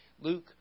Luke